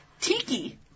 Tiki